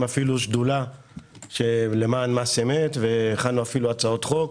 שדולה למען מס אמת והכנו אפילו הצעות חוק.